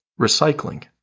Recycling